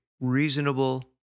reasonable